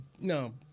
No